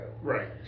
Right